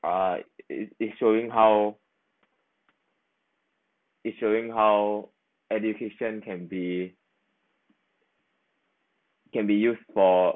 uh is it showing how it showing how education can be can be used for